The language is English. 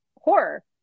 horror